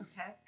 Okay